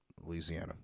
Louisiana